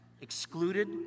excluded